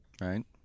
Right